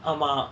ஆமா:aama